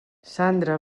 sandra